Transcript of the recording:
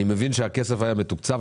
אני מבין שהכסף היה מתוקצב,